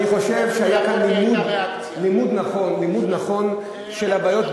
אני חושב שהיה כאן לימוד נכון של הבעיות,